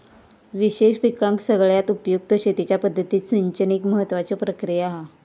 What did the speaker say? विशेष पिकांका सगळ्यात उपयुक्त शेतीच्या पद्धतीत सिंचन एक महत्त्वाची प्रक्रिया हा